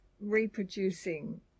reproducing